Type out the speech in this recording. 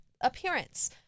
appearance